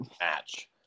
match